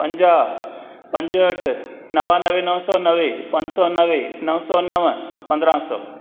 पंजाहु पंजहठु नवानवे नौ सौ नवे पंज सौ नवे नौ सौ नव पंद्राहं सौ